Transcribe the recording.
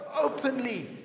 openly